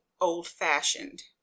old-fashioned